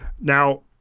Now